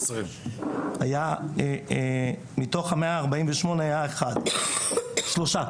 מתוך ה-148 היו שלושה.